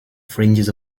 fringes